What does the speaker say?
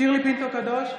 שירלי פינטו קדוש,